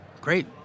Great